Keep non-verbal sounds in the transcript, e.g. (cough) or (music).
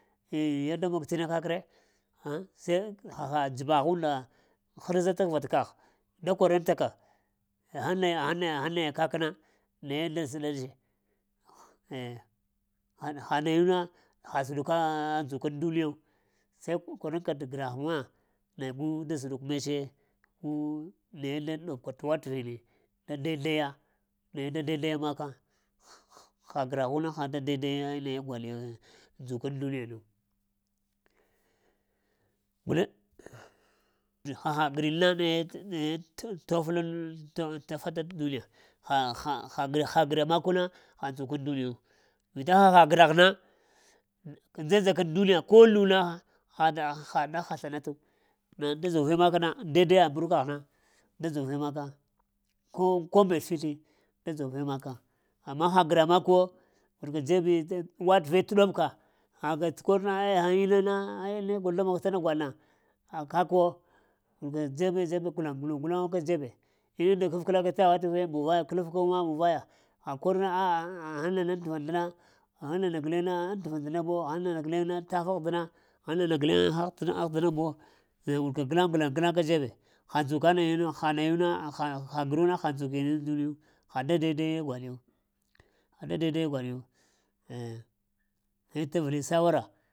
Ah yee da montə inna kakkee say haha dzəbaghunda, harza təghva tə koghda korantaka aghaŋ-naya-aghnə-naya aghnə-naya kəkna naye da zəɗa-ji eh, ha-ha nayuna ha zəɗuka ndzukəŋ duniyu, sai koraŋka tə gragh ma naye gu da zuɗuk metse, gu naye da ɗobka tə watəv, da daidaya, naye da daidaya maka h-h-ha graghuna da daidaya naya gwaɗya dzukəŋ duniyana, guleŋ haha grinna naye't't. (hesitation) təfataɗ duniya ah-ha-ha-ha-gr-ha graa makuna ha dzukəŋ duniyawo, vita haha gragh na k kə-nja-njaka aŋ duniya ko nuna ha-da-hada haslanatu na da dzovee makna daidaya mbrukəghna da dzovee maka, ko-ko mbet jiti da dzovee maka amma ha gra mak'wo rəga dzee dze watəvee tə ɗobka haka tə korna eh aghaŋ inna na, aya ne gol da mon tana gwaɗ na? Ha kakwo wuka dzebe-dzeb ka guluŋ guluŋ ka dzebe inun-nda kəfklaka tə watəre muvaya kəlafka ma, muvaya ha korna a'a ah-aghaŋ-aghaŋ nana aŋtəva ndəna, aghaŋ nana guləŋna aŋ təva ndəna bew, aghaŋ nana gəleŋ na taf'ahdna, aghaŋ nana gateŋ ah-ah-dna bew, ah wurka glaŋ-glan-glaŋ. Ka dzebe ha dzuka nayuna, ha nayuna ha-ha-ha gruna ha dzukin aŋ duniyu ha da diadaya nayu ha da daidaya gwanyu eh naye tərli sawara.